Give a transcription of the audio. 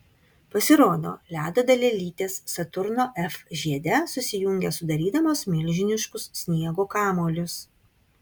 pasirodo ledo dalelytės saturno f žiede susijungia sudarydamos milžiniškus sniego kamuolius